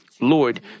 Lord